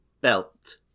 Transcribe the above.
belt